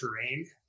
terrain